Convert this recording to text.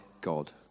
God